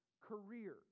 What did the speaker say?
career